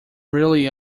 really